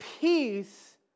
peace